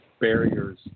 barriers